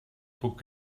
puc